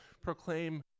proclaim